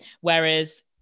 whereas